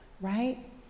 right